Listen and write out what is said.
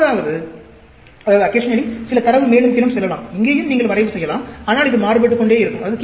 எப்போதாவது சில தரவு மேலும் கீழும் செல்லலாம் இங்கேயும் நீங்கள் வரைவு செய்யலாம் ஆனால் இது மாறுபட்டுக் கொண்டேயிருக்கும்